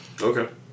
okay